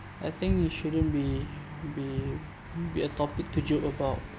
I think you shouldn't be be be a topic to joke about